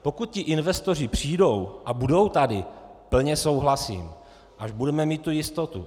Pokud investoři přijdou a budou tady, plně souhlasím, až budeme mít tu jistotu.